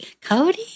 Cody